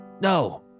No